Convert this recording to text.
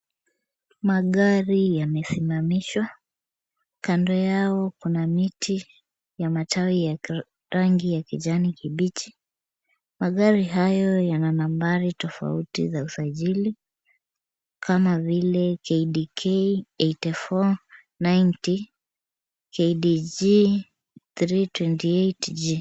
Magari yamesimamishwa kando yao kuna miti ya matawi ya rangi ya kijani kibichi. Magari hayo yana nambari tofauti za usajiri kama vile KDK 849 0, KDG 328 G